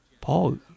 Paul